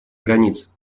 границ